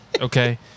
Okay